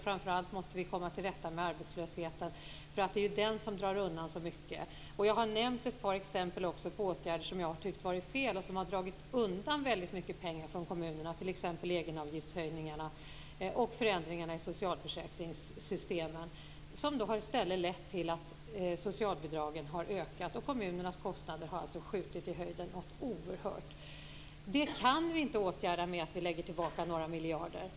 Framför allt måste vi komma till rätta med arbetslösheten, eftersom det är den som kostar så mycket. Jag har nämnt ett par exempel på åtgärder som jag tycker har varit felaktiga och som har dragit undan väldigt mycket pengar för kommunerna, t.ex. egenavgiftshöjningarna och förändringarna i socialförsäkringssystemen. Det har i stället lett till att socialbidragskostnaderna har ökat och att kommunernas kostnader har skjutit i höjden någonting oerhört. Det kan vi inte åtgärda med att vi skjuter till några miljarder.